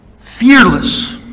fearless